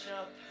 up